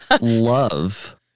love